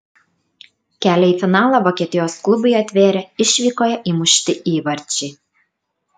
kelią į finalą vokietijos klubui atvėrė išvykoje įmušti įvarčiai